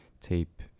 tape